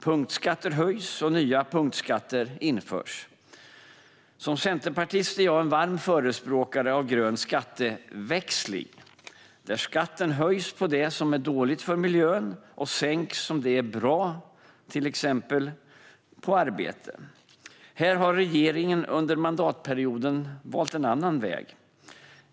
Punktskatter höjs, och nya punktskatter införs. Som centerpartist är jag en varm förespråkare för grön skatteväxling, där skatten höjs på det som är dåligt för miljön och sänks på det som är bra, till exempel på arbete. Här har regeringen under mandatperioden valt en annan väg.